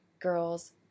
girls